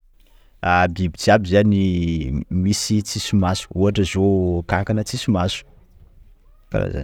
Ah! Biby jiaby zany misy tsisy maso, ohatra zao kankana tsitsy maso, karaha zany.